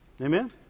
Amen